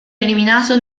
eliminato